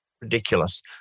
Ridiculous